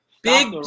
Big